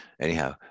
anyhow